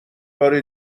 بار